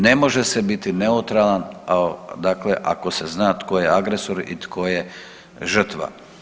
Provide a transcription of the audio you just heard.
Ne može se biti neutralan, dakle ako se zna tko je agresor i tko je žrtva.